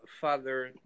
father